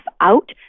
out